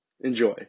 Enjoy